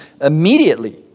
immediately